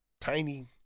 tiny